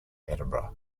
edinburgh